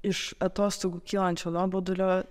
iš atostogų kylančio nuobodulio